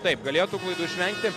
taip galėtų išvengti